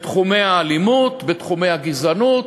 בתחומי האלימות, בתחומי הגזענות,